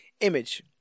image